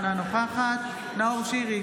אינה נוכחת נאור שירי,